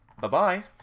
bye-bye